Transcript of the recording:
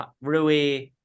Rui